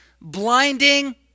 blinding